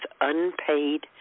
unpaid